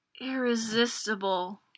Irresistible